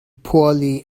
poorly